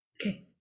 Okay